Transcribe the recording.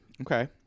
Okay